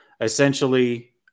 essentially